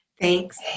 Thanks